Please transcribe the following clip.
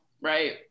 right